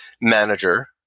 manager